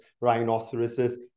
rhinoceroses